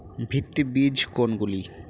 ভিত্তি বীজ কোনগুলি?